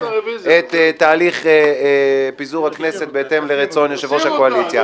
את תהליך פיזור הכנסת בהתאם לרצון יושב-ראש הקואליציה.